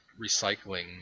recycling